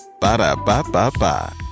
Ba-da-ba-ba-ba